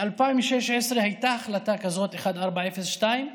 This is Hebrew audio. ב-2016 הייתה החלטה כזאת, 1402,